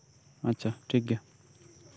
ᱟᱪᱪᱷᱟ ᱴᱷᱤᱠ ᱜᱮᱭᱟ